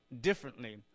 differently